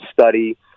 study